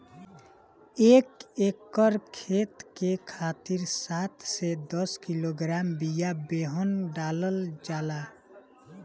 एक एकर खेत के खातिर सात से दस किलोग्राम बिया बेहन डालल जाला?